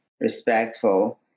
respectful